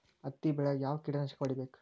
ಹತ್ತಿ ಬೆಳೇಗ್ ಯಾವ್ ಕೇಟನಾಶಕ ಹೋಡಿಬೇಕು?